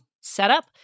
setup